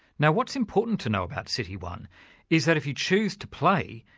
now what's important to know about cityone is that if you choose to play,